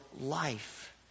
life